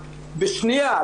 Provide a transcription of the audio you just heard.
לשנייה,